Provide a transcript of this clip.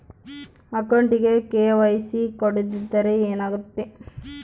ಅಕೌಂಟಗೆ ಕೆ.ವೈ.ಸಿ ಕೊಡದಿದ್ದರೆ ಏನಾಗುತ್ತೆ?